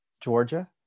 Georgia